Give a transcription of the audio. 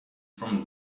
from